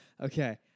Okay